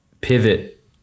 pivot